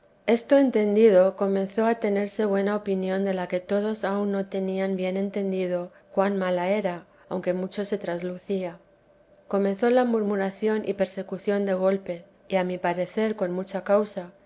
esto entendido comenzó a tenerse buena opinión de la que todos aun no tenían bien entendido cuan mala era aunque mucho se traslucía comenzó la murmuración y persecución de golpe y a mi parecer con mucha causa